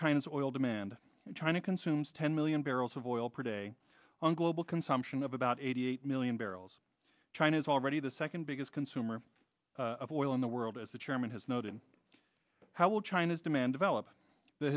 china's oil demand and china consumes ten million barrels of oil per day on global consumption of about eighty eight million barrels china is already the second biggest consumer of oil in the world as the chairman has noted how will china's demand develop the